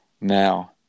Now